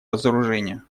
разоружению